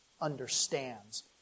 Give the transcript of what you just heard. understands